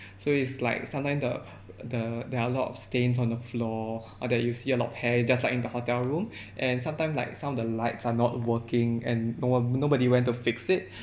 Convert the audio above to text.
so is like sometime the the there are a lot of stains on the floor or that you see a lot of hair just like in the hotel room and sometime like some of the lights are not working and no~ nobody went to fix it